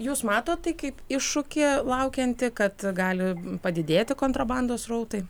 jūs matot tai kaip iššūkį laukiantį kad gali padidėti kontrabandos srautai